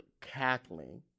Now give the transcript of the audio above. cackling